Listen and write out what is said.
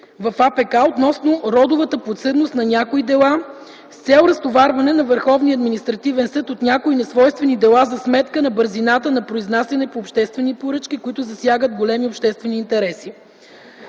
в АПК относно родовата подсъдност на някои дела с цел разтоварване на Върховния административен съд от някои несвойствени дела за сметка на бързината на произнасяне по обществени поръчки, които засягат големи обществени интереси.